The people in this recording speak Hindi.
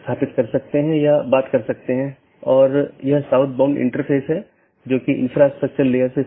यदि स्रोत या गंतव्य में रहता है तो उस विशेष BGP सत्र के लिए ट्रैफ़िक को हम एक स्थानीय ट्रैफ़िक कहते हैं